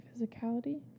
physicality